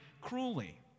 cruelly